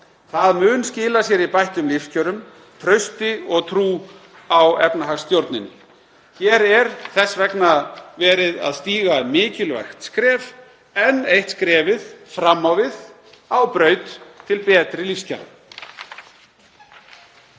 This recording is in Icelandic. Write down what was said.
Það mun skila sér í bættum lífskjörum, trausti og trú á efnahagsstjórninni. Hér er þess vegna verið að stíga mikilvægt skref, enn eitt skrefið fram á við á braut til betri lífskjara.